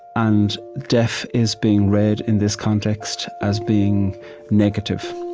and deaf is being read, in this context, as being negative